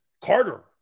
Carter